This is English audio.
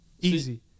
Easy